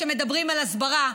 שמדברים על הסברה,